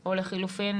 או לחילופין